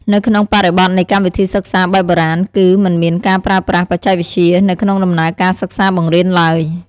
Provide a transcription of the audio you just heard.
នៅក្នុងបរិបទនៃកម្មវិធីសិក្សាបែបបុរាណ គឺ មិនមានការប្រើប្រាស់បច្ចេកវិទ្យា នៅក្នុងដំណើរការសិក្សាបង្រៀនឡើយ។